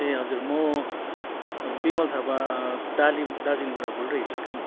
ए हजुर म बिमल थापा डालिम दार्जिलिङबाट बोलिरहेको छु कि